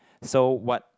so what